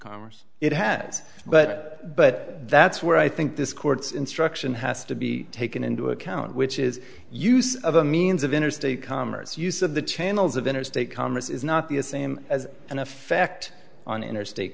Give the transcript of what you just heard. commerce it has but but that's where i think this court's instruction has to be taken into account which is use of a means of interstate commerce use of the channels of interstate commerce is not the same as an effect on interstate